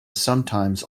sometimes